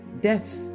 death